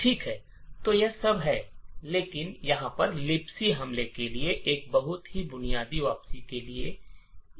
ठीक है तो यह सब है कि हम लिबसी हमले के लिए एक बहुत ही बुनियादी वापसी के लिए की जरूरत है